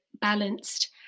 balanced